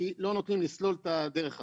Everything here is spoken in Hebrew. כי לא נותנים לסלול את הדרך הזאת.